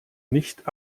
nicht